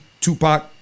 Tupac